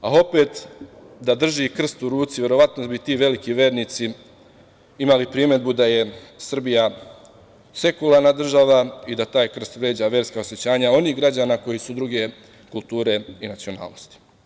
Opet, da drži krst u ruci, verovatno bi ti veliki vernici imali primedbu da je Srbija sekularna država i da taj krst vređa verska osećanja onih građana koji su druge kulture i nacionalnosti.